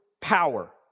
power